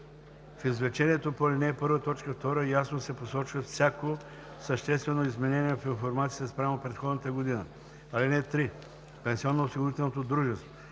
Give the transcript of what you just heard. В извлечението по ал. 1, т. 2 ясно се посочва всяко съществено изменение в информацията спрямо предходната година. (3) Пенсионноосигурителното дружество